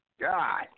God